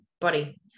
body